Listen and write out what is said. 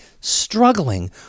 struggling